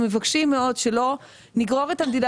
אנחנו מבקשים מאוד שלא נגרור את המדינה,